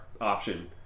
option